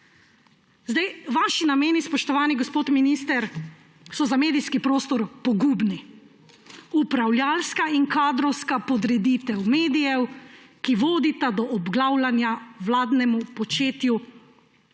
Vaši nameni, spoštovani gospod minister, so za medijski prostor pogubni − upravljavska in kadrovska podreditev medijev, ki vodita do objavljanja vladnemu početju